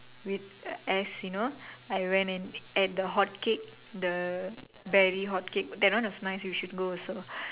with as you know I went and ate the hotcake the berry hotcake that one was nice you should go also